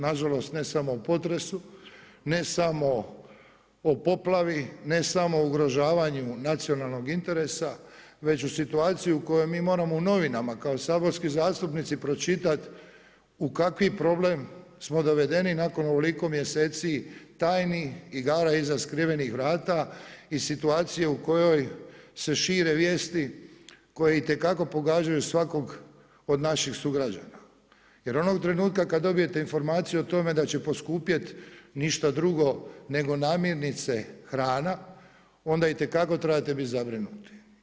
Nažalost ne samo o potresu, ne samo o poplavi, ne samo ugrožavanju nacionalnog interesa već u situaciju u kojoj mi moramo u novinama kao saborski zastupnici pročitati u kakav problem smo dovedeni nakon ovoliko mjeseci tajni i igara iza skrivenih vrata i situacije u kojoj se šire vijesti koje itekako pogađaju svakog od naših sugrađana, jer onog trenutka kad dobijete informaciju o tome da će poskupjeti ništa drugo nego namirnice hrana, onda itekako trebate biti zabrinuti.